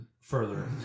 further